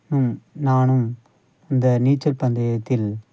ம் நானும் இந்த நீச்சல் பந்தயத்தில்